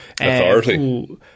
authority